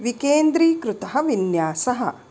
विकेन्द्रीकृतः विन्यासः